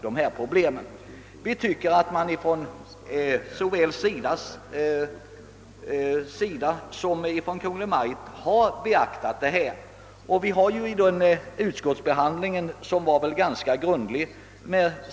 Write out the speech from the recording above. Utskottsmajoriteten anser emellertid att såväl SIDA som Kungl. Maj:t har beaktat problemen. Utskottsbehandlingen var ganska grundlig.